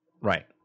right